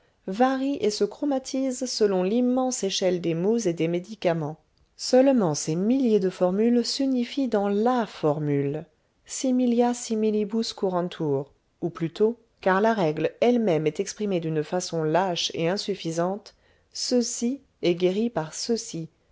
varie et se chromatise selon l'immense échelle des maux et des médicaments seulement ces milliers de formules s'unifient dans la formule similia similibus curantur ou plutôt car la règle elle-même est exprimée d'une façon lâche et insuffisante ceci est guéri par ceci